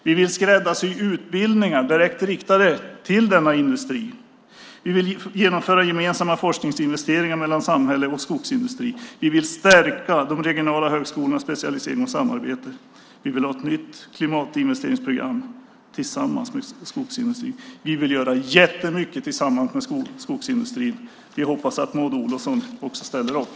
Vi vill skräddarsy utbildningar direkt riktade till denna industri. Vi vill genomföra gemensamma forskningsinvesteringar mellan samhälle och skogsindustri. Vi vill stärka de regionala högskolornas specialisering och samarbete. Vi vill ha ett nytt klimatinvesteringsprogram tillsammans med skogsindustrin. Vi vill göra massor tillsammans med skogsindustrin. Vi hoppas att Maud Olofsson också ställer upp.